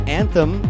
anthem